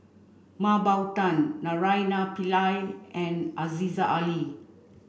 Mah Bow Tan Naraina Pillai and Aziza Ali